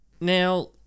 Now